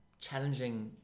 challenging